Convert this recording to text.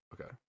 Okay